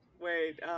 Wait